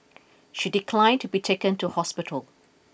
she declined to be taken to hospital